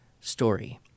story